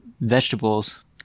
vegetables